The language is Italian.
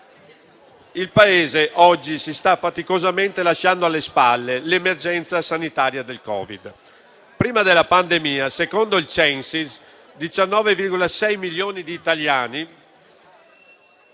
Il Paese oggi si sta faticosamente lasciando alle spalle l'emergenza sanitaria del Covid. Prima della pandemia, secondo il Censis, 19,6 milioni di italiani